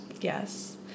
Yes